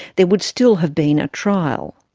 there would still have been a trial.